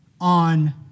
on